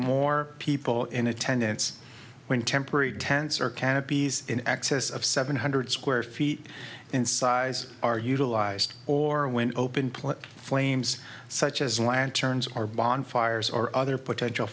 more people in attendance when temporary tents or canopies in excess of seven hundred square feet in size are utilized or when open play flames such as lanterns are bonfires or other potential